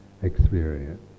Experience